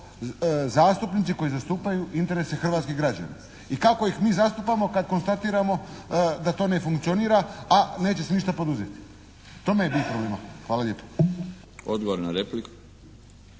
zastupnici koji zastupaju interese hrvatskih građana. I kako ih mi zastupamo kad konstatiramo da to ne funkcionira, a neće se ništa poduzeti? U tome je bit problema. Hvala lijepo. **Milinović,